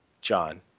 John